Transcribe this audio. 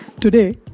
Today